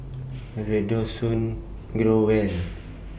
Redoxon Growell